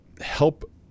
help